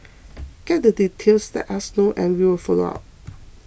get the details let us know and we will follow up